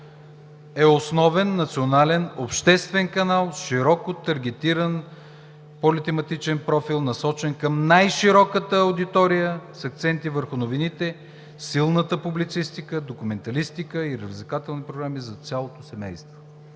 е основен национален обществен канал, широко таргетиран политематичен профил, насочен към най-широката аудитория с акценти върху новините, силната публицистика, документалистика и развлекателни програми за цялото семейство,